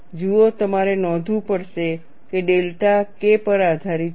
જુઓ તમારે નોંધવું પડશે કે ડેલ્ટા K પર આધારિત છે